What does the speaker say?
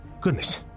Goodness